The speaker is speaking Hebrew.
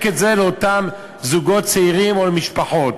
את זה לאותם זוגות צעירים או למשפחות?